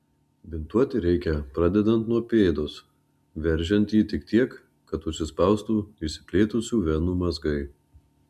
bintuoti reikia pradedant nuo pėdos veržiant jį tik tiek kad užsispaustų išsiplėtusių venų mazgai